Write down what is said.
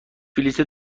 بلیط